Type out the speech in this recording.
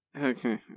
Okay